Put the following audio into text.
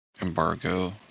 Embargo